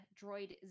droid